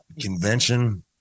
convention